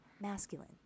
masculine